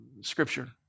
Scripture